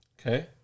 Okay